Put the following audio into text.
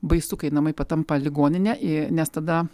baisu kai namai patampa ligonine e nes tada